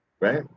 right